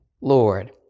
Lord